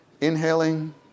inhaling